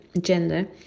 gender